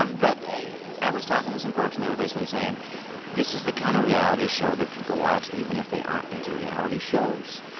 um but i was talking with some folks, and they were basically saying this is the kind of reality show that people watch even if they aren't into reality shows.